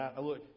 Look